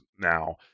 now